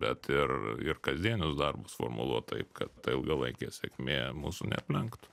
bet ir ir kasdienius darbus formuluot taip kad ta ilgalaikė sėkmė mūsų neaplenktų